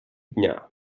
дня